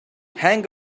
hang